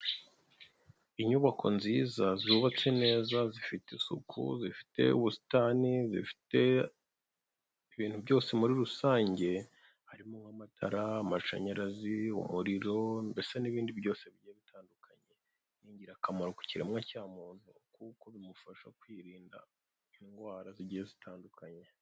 Inyubako nziza zubatse neza zifite isuku, zifite ubusitani, zifite ibintu byose muri rusange harimo amatara, amashanyarazi, umuriro ndetse n'ibindi byose bigiye bitandukanye ni ingirakamaro ku kiremwa cya muntu kuko bimufasha kwirinda indwara zigiye zitandukanye.